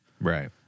right